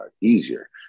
easier